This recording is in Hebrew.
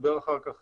ידבר אחר כך